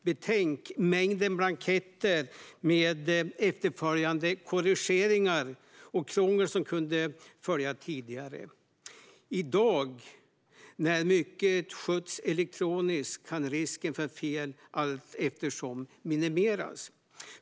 Betänk mängden blanketter med de korrigeringar och det krångel som kunde följa tidigare. I dag, när mycket sköts elektroniskt, kan risken för fel allteftersom minimeras.